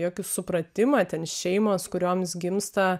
jokį supratimą ten šeimos kurioms gimsta